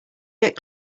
get